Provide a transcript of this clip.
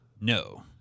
No